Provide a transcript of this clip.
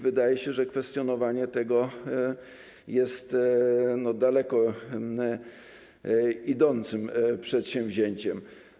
Wydaje się, że kwestionowanie tego jest daleko idącym przedsięwzięciem.